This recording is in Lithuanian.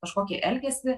kažkokį elgesį